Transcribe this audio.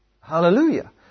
Hallelujah